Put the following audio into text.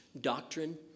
doctrine